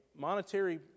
monetary